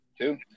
two